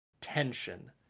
tension